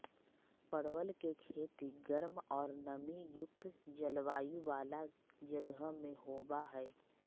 परवल के खेती गर्म और नमी युक्त जलवायु वाला जगह में होबा हई